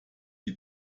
die